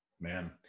Man